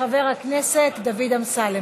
חוק ומשפט ולוועדת הכספים,